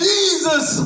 Jesus